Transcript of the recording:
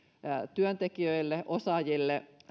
työntekijöille osaajille